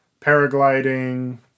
paragliding